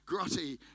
grotty